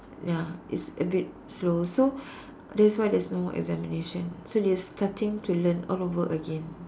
ya it's a bit slow so that's why there's no examination so they starting to learn all over again